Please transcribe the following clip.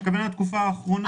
אני מתכוון לתקופה האחרונה.